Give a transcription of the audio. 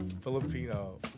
Filipino